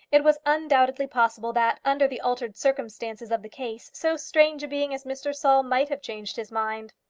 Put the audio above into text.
it was undoubtedly possible that, under the altered circumstances of the case, so strange a being as mr. saul might have changed his mind.